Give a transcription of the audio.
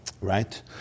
right